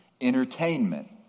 entertainment